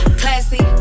classy